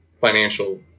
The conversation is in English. financial